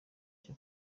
cyo